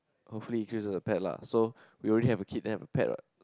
hopefully he choose a pet lah so we already have a kid then have a pet what